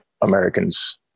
Americans